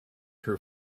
her